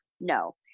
No